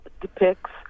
depicts